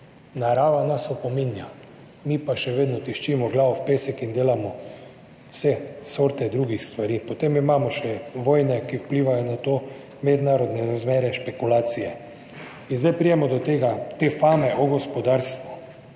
narava nas opominja, mi pa še vedno tiščimo glavo v pesek in delamo vse sorte drugih stvari. Potem imamo še vojne, ki vplivajo na to, mednarodne razmere, špekulacije. In zdaj pridemo do te fame o gospodarstvu.